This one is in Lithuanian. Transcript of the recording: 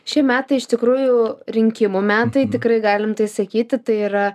šie metai iš tikrųjų rinkimų metai tikrai galim tai sakyti tai yra